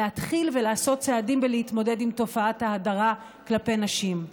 להתחיל ולעשות צעדים ולהתמודד עם תופעת ההדרה כלפי נשים.